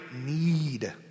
need